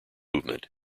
movement